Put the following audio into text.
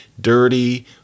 dirty